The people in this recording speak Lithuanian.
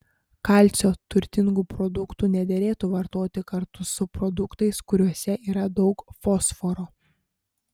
kalcio turtingų produktų nederėtų vartoti kartu su produktais kuriuose yra daug fosforo